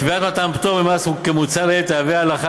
קביעת מתן פטור ממס כמוצע לעיל תהיה הלכה